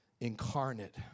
incarnate